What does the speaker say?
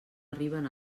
arriben